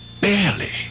barely